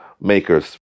Makers